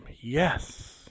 yes